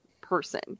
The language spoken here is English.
person